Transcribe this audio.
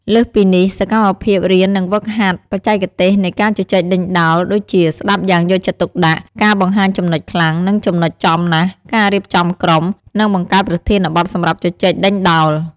លើសពីនេះ សកម្មភាពរៀននិងហ្វឹកហាត់បច្ចេកទេសនៃការជជែកដេញដោល ដូចជាស្តាប់យ៉ាងយកចិត្តទុកដាក់ ការបង្ហាញចំណុចខ្លាំង និងចំណុចចំណាស់ ការរៀបចំក្រុម និងបង្កើតប្រធានបទសម្រាប់ជជែកដេញដោល។